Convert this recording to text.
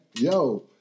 Yo